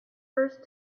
first